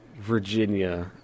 virginia